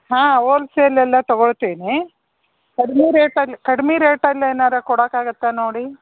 ಹಾಂ ಓಲ್ಸೇಲ್ ಎಲ್ಲ ತಗೋಳ್ತೀನಿ ಕಡಿಮೆ ರೆಟಲ್ಲಿ ಕಡಿಮೆ ರೆಟಲ್ ಏನಾರ ಕೊಡೋಕಾಗತ್ತಾ ನೋಡಿ